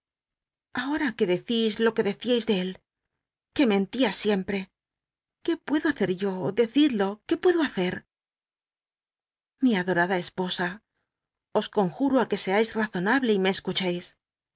l a decís lo que decíais de él que mentía ahor siempre q ué puedo hacer yo decid lo qué puedo hacer juc scais mi adorada esposa os conjuro a ti menos razonable y me